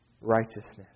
righteousness